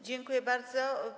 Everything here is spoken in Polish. Dziękuję bardzo.